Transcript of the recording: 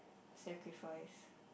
sacrifice